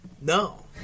No